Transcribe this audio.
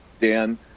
Dan